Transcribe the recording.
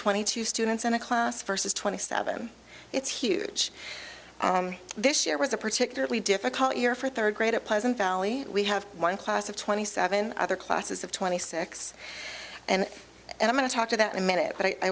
twenty two students in a class versus twenty seven it's huge this year was a particularly difficult year for third grade at pleasant valley we have one class of twenty seven other classes of twenty six and i am going to talk to that in a minute but i